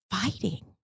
fighting